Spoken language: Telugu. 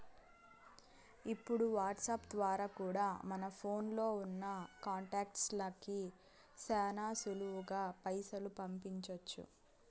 ఇప్పుడు వాట్సాప్ ద్వారా కూడా మన ఫోన్లో ఉన్నా కాంటాక్ట్స్ లకి శానా సులువుగా పైసలు పంపించొచ్చు